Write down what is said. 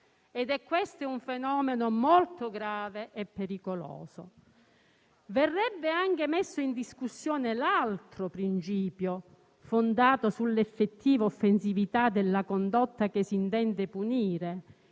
Questo è un fenomeno molto grave e pericoloso. Verrebbe messo in discussione anche l'altro principio fondato sull'effettiva offensività della condotta che si intende punire,